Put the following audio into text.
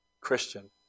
Christian